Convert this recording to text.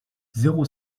zéro